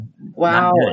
Wow